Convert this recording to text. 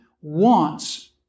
wants